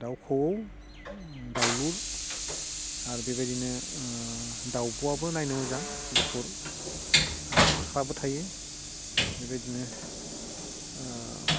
दाउ खौवौ दाउलुर आरो बेबायदिनो दाउब'वाबो नायनो मोजां गुफुर आरो फाख्राबो थायो बेबायदिनो